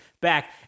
back